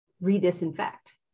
re-disinfect